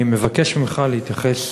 אני מבקש ממך להתייחס,